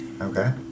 Okay